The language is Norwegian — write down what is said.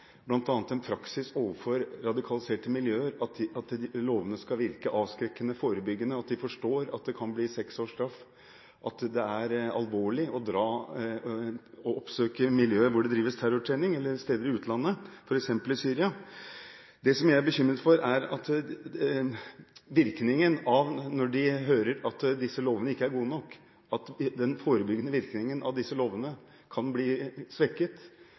en praksis overfor radikaliserte miljøer – er at lovene ikke skal virke avskrekkende og forebyggende, at man ikke forstår at det kan bli seks års straff, og at det er alvorlig å oppsøke miljøer hvor det drives terrortrening – som steder i utlandet, f.eks. Syria. Det jeg er bekymret for, er virkningen når de hører at disse lovene ikke er gode nok – at den forebyggende virkningen av disse lovene kan bli svekket